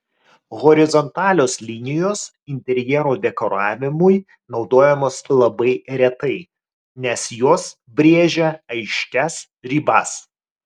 horizontalios linijos interjero dekoravimui naudojamos labai retai nes jos brėžia aiškias ribas